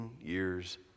years